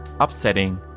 upsetting